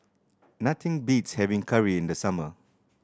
nothing beats having curry in the summer